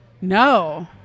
No